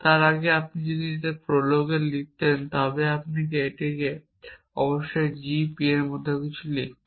তার আগে যদি আপনি এটিকে প্রোলগে লিখতেন তবে আপনি এটিকে এই g p এর মতো কিছু লিখবেন